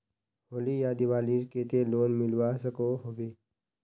होली या दिवालीर केते लोन मिलवा सकोहो होबे?